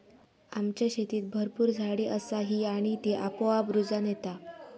आमच्या शेतीत भरपूर झाडी असा ही आणि ती आपोआप रुजान येता